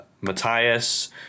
Matthias